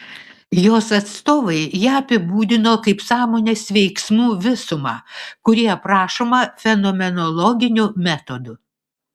jos atstovai ją apibūdino kaip sąmonės veiksmų visumą kuri aprašoma fenomenologiniu metodu